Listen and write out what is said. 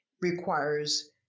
requires